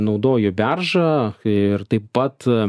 naudoju beržą ir taip pat